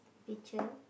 picture